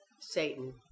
satan